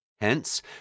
Hence